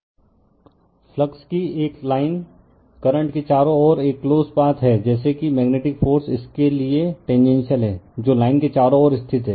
refer slide time 0348 flux की एक line current के चारों ओर एक क्लोज पाथ है जैसे कि मेग्नेटिक फ़ोर्स इसके लिए टेनजेनशिअल है जो लाइन के चारों ओर स्थित है